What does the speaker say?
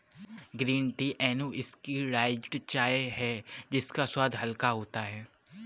green tea unoxidised चाय है इसका स्वाद हल्का होता है